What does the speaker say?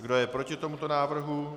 Kdo je proti tomuto návrhu?